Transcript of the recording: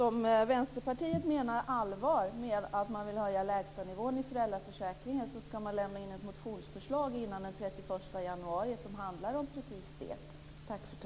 Om Vänsterpartiet menar allvar med att man vill höja lägstanivån i föräldraförsäkringen ska man lämna in ett motionsförslag före den 31 januari som handlar om precis det.